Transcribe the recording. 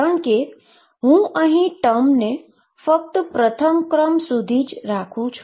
કારણ કે હું અહીં ટર્મને ફક્ત પ્રથમ ક્રમ સુધી જ રાખું છું